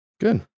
Good